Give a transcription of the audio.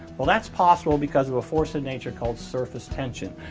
well that's possible because of a force of nature called surface tension,